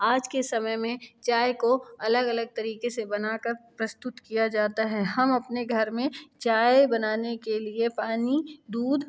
आज के समय में चाय को अलग अलग तरीके से बना कर प्रस्तुत किया जाता है हम अपने घर में चाय बनाने के लिए पानी दूध